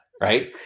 right